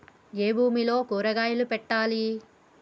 ఏ భూమిలో కూరగాయలు పెట్టాలి?